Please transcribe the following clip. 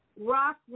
rock